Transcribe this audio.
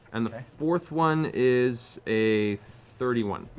and the fourth one is a thirty one.